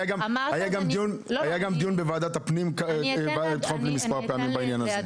והיו גם כמה דיונים בוועדה לביטחון הפנים בעניין הזה.